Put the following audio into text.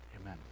Amen